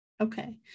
Okay